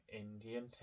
Indian